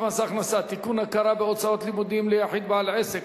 מס הכנסה (הכרה בהוצאות לימודים ליחיד בעל עסק),